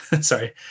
sorry